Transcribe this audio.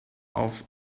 auf